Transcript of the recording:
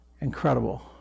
Incredible